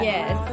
Yes